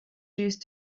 used